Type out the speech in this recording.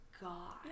god